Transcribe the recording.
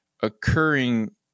occurring